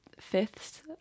fifths